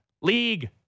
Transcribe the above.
League